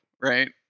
right